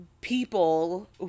people